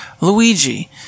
Luigi